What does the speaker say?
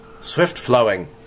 swift-flowing